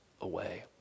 away